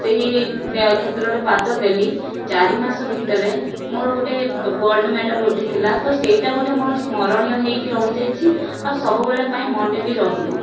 ସେହି ବ୍ କ୍ଷେତ୍ରରେ ପାଦ ଦେଲି ଚାରିମାସ ଭିତରେ ମୋର ଗୋଟିଏ ଗୋଲ୍ଡ ମେଡ଼ାଲ ଉଠିଥିଲା ତ ସେଇଟା ଗୋଟିଏ ମୋର ସ୍ମରଣିୟ ହୋଇକି ରହିଯାଇଛି ଆଉ ସବୁବେଳ ପାଇଁ ମନେ ବି ରହିବ